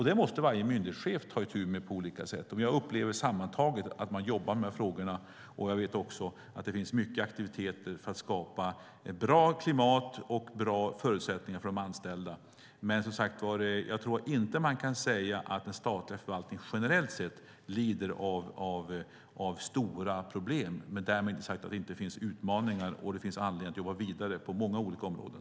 Det måste varje myndighetschef ta itu med på olika sätt. Jag upplever sammantaget att man jobbar med frågorna. Jag vet också att det finns mycket aktiviteter för att skapa ett bra klimat och bra förutsättningar för de anställda. Men jag tror som sagt inte att man kan säga att den statliga förvaltningen generellt sett lider av stora problem, även om därmed inte är sagt att det inte finns utmaningar. Det finns anledning att jobba vidare på många olika områden.